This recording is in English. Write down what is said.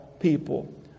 People